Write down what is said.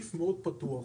הסעיף מאוד פתוח,